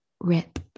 Rip